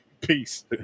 Peace